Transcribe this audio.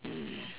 mm